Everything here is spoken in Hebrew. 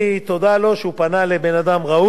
תודה לו שהוא פנה לבן-אדם ראוי,